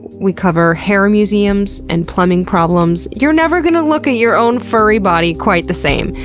we cover hair museums and plumbing problems. you're never gonna look at your own furry body quite the same.